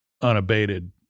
unabated